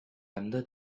under